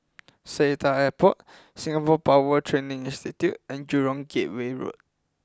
Seletar Airport Singapore Power Training Institute and Jurong Gateway Road